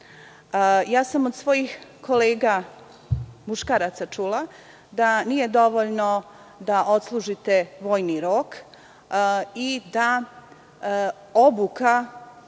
obuku. Od svojih kolega muškaraca sam čula da nije dovoljno da odslužite vojni rok i da obuka